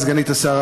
סגנית השר,